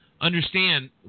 understand